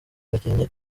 gakenke